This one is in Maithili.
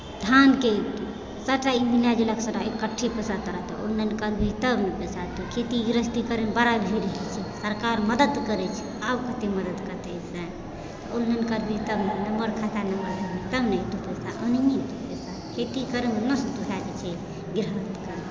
धानके सभटा ई मिलाजुला कऽ सभटा इकठ्ठे तोरा एतौ ऑनलाइन करबिही तब ने पैसा एतौ खेती गृहस्थी करैमे बड़ा भीड़ होइ छै सरकार मदति करै छै आब कतेक मदति करतै ऑनलाइन करबिही तब ने नंबर खाता नंबर देबही तब ने एतौ पैसा ऑनलाइने एतौ पैसा खेती करैमे नष्ट भए जाइ छै गृहस्थके